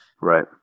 right